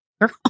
girl